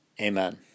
Amen